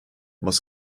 muss